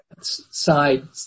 side